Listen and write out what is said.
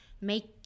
make